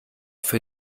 für